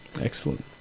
Excellent